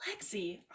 Lexi